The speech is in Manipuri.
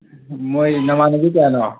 ꯅꯣꯏ ꯅꯃꯥꯟꯅꯕꯤ ꯀꯌꯥꯅꯣ